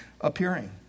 appearing